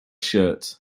shirt